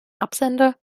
absender